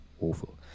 awful